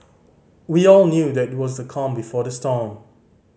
we all knew that it was the calm before the storm